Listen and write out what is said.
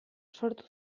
sortu